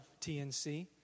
tnc